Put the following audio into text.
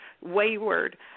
wayward